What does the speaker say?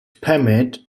permit